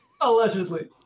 Allegedly